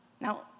Now